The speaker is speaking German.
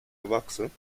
erwachsen